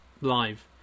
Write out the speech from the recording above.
live